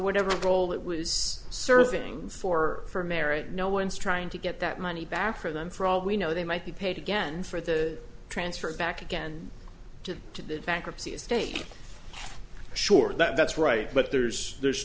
whatever role that was serving for for america no one's trying to get that money back for them for all we know they might be paid again for the transfer back again to to the bankruptcy estate sure that's right but there's there's